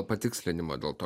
o patikslinimo dėl to